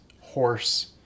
horse